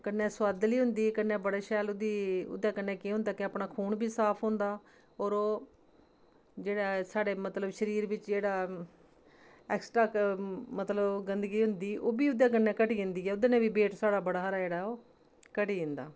कन्नै सोआदली होंदी कन्नै बड़ी शैल ओह्दी ओह्दे कन्नै केह् होंदा कि अपना खून बी साफ होंदा और ओह् जेह्ड़ा साढ़े मतलब शरीर बिच्च जेह्ड़ा ऐक्सट्रा मतलब गंदगी होंदी ओह् बी ओह्दे कन्नै घटी जंदी ऐ ओह्दे नै बी बेट साढ़ा बड़ा हारा जेह्ड़ा ऐ ओह् घटी जंदा